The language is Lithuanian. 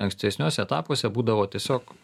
ankstesniuose etapuose būdavo tiesiog